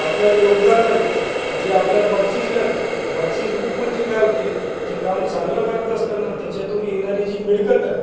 आपल्याला योगदान राहील जे आपल्याला बक्षीस राहील बक्षीसरूप म्हणजे काय होते जे काम चांगलं करत असताना त्याच्यातून येणारी जी मिळकत आहे